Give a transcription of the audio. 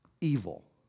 evil